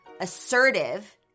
assertive